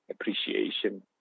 appreciation